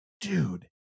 Dude